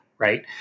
Right